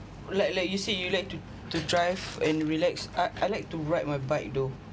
like like you said you like to to drive and relax I I like to ride my bike though